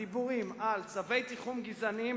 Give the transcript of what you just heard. הדיבורים על "צווי תיחום גזעניים"